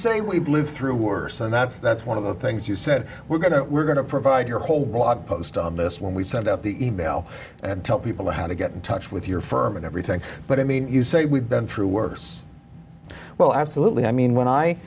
say we've lived through worse and that's that's one of the things you said we're going to we're going to provide your whole blog post on this when we send out the e mail and tell people how to get in touch with your firm and everything but i mean you say we've been through worse well absolutely i mean when i